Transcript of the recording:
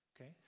Okay